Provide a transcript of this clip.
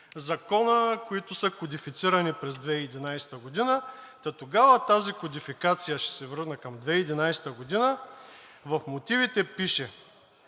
закона, които са кодифицирани през 2011 г., та тогава тази кодификация – ще се върна към 2011 г. – в мотивите пише,